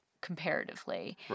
comparatively